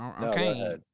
Okay